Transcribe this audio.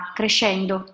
crescendo